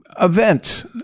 events